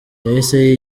yahise